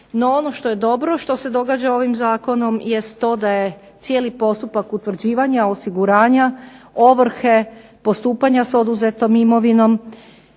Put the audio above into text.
No ono što je dobro što se događa ovim zakonom jest to da je cijeli postupak utvrđivanja, osiguranja ovrhe, postupanja s oduzetom imovine,